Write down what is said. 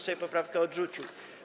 Sejm poprawkę odrzucił.